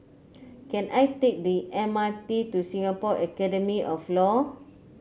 can I take the M R T to Singapore Academy of Law